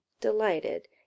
delighted